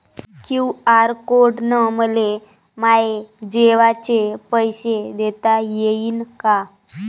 QR code न मले माये जेवाचे पैसे देता येईन का?